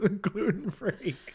gluten-free